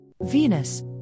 Venus